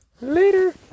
Later